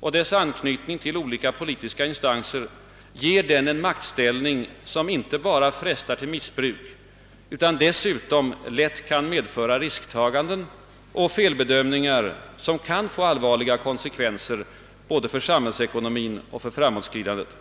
och dess anknytning till olika politiska instanser ger den en maktställning, som inte bara frestar till missbruk utan dessutom lätt kan medföra risktaganden och felbedömningar, som kan få allvarliga konsekvenser för både samhällsekonomin och framåtskridandet.